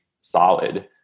solid